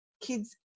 kids